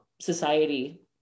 society